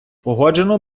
погоджено